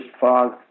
fog